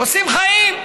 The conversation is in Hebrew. עושים חיים.